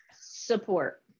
Support